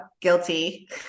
guilty